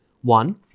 One